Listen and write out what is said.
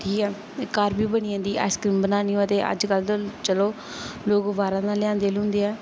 ठीक ऐ घर बी बनी जंदी आइसक्रीम बनानी होऐ ते अज्जकल ते चलो लोग बाह्रा दा लेआंदे ल्यूंदे ऐ